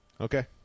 Okay